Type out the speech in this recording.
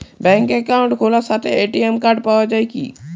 ব্যাঙ্কে অ্যাকাউন্ট খোলার সাথেই এ.টি.এম কার্ড পাওয়া যায় কি?